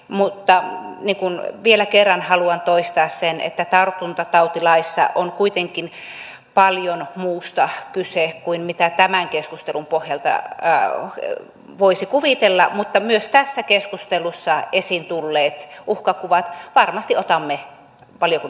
mutta vielä kerran haluan toistaa sen että tartuntatautilaissa on kuitenkin paljon muusta kyse kuin mitä tämän keskustelun pohjalta voisi kuvitella mutta myös tässä keskustelussa esiin tulleet uhkakuvat varmasti otamme valiokunnassa huomioon